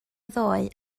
ddoe